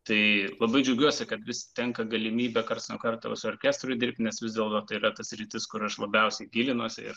tai labai džiaugiuosi kad vis tenka galimybė karts nuo karto su orkestru dirbt nes vis dėlto tai yra ta sritis kur aš labiausiai gilinuosi